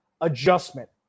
Adjustment